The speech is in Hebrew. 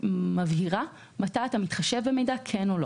שמבהירה מתי אתה מתחשב במידע ומתי לא.